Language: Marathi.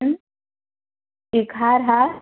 पण एक हार हा